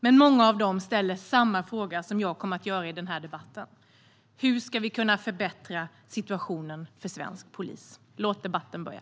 Men många av dem ställer samma fråga som jag kommer att ställa i den här debatten: Hur ska vi kunna förbättra situationen för svensk polis? Låt debatten börja!